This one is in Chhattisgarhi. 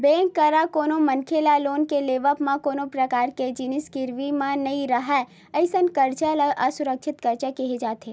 बेंक करा कोनो मनखे ल लोन के देवब म कोनो परकार के जिनिस गिरवी म नइ राहय अइसन करजा ल असुरक्छित करजा केहे जाथे